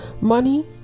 money